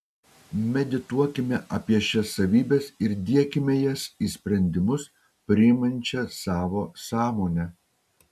medituokime apie šias savybes ir diekime jas į sprendimus priimančią savo sąmonę